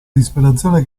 disperazione